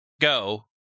go